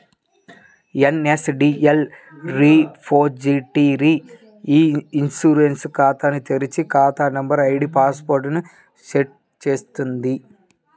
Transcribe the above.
NSDL repository e insurance ఖాతాను తెరిచి, ఖాతా నంబర్, ఐడీ పాస్ వర్డ్ ని సెట్ చేస్తుంది